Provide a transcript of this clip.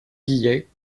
guillet